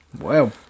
Wow